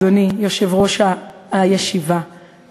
אדוני יושב-ראש הישיבה,